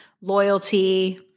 loyalty